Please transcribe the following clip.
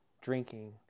drinking